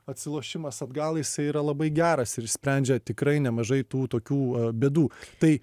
atsilošimas atgal jisai yra labai geras ir išsprendžia tikrai nemažai tų tokių bėdų tai